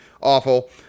awful